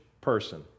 person